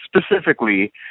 specifically